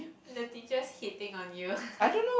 the teachers hating on you